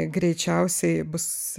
greičiausiai bus